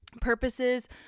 purposes